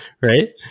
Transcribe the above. right